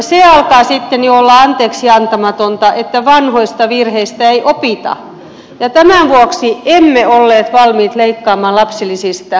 se alkaa sitten jo olla anteeksiantamatonta että vanhoista virheistä ei opita ja tämän vuoksi emme olleet valmiit leikkaamaan lapsilisistä